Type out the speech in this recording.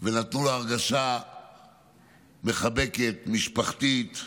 ונתנו לו הרגשה מחבקת, משפחתית.